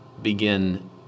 begin